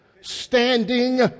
standing